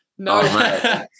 No